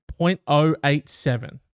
0.087